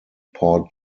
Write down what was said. port